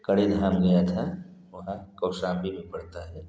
कड़ीधार गया था वह कौशाम्बी में पड़ता है